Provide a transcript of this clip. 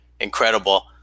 incredible